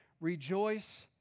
rejoice